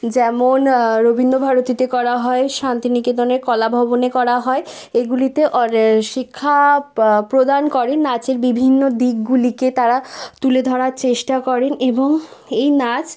যেমন রবীন্দ্রভারতীতে করা হয় শান্তিনিকেতনে কলাভবনে করা হয় এইগুলিতে অর এ শিক্ষা প প্রদান করে নাচের বিভিন্ন দিকগুলিকে তারা তুলে ধরার চেষ্টা করেন এবং এই নাচ